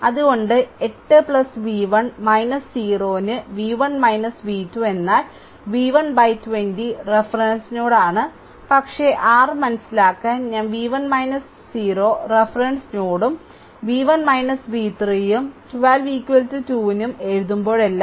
അതിനാൽ 8 v1 0 ന് v1 v2 എന്നാൽ v1 ബൈ 20 റഫറൻസ് നോഡ് പക്ഷേ r മനസിലാക്കാൻ ഞാൻ v1 0 റഫറൻസ് നോഡും v1 v3 ഉം 12 2 ന് എഴുതുമ്പോഴെല്ലാം